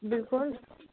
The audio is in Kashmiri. بِلکُل